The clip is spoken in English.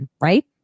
right